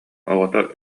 оҕото